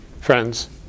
friends